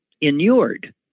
inured